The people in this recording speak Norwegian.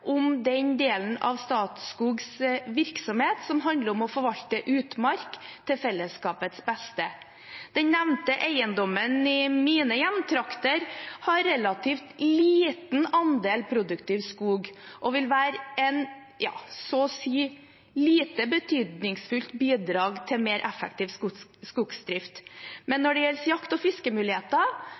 om den delen av Statskogs virksomhet som handler om å forvalte utmark til fellesskapets beste. Den nevnte eiendommen i mine hjemtrakter har relativt liten andel produktiv skog og vil være et – sånn sett – lite betydningsfullt bidrag til mer effektiv skogsdrift. Men når det gjelder jakt- og fiskemuligheter,